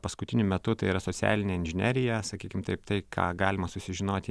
paskutiniu metu tai yra socialinė inžinerija sakykim taip tai ką galima susižinoti